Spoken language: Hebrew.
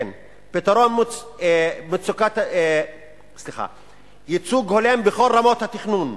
6. ייצוג הולם בכל רמות התכנון,